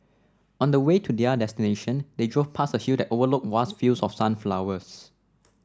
on the way to their destination they drove past a hill that overlooked vast fields of sunflowers